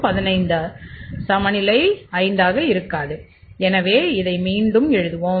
இது சமநிலை 5 ஆக இருக்காது எனவே இதை மீண்டும் எழுதுவோம்